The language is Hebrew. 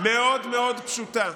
מאוד מאוד פשוטה,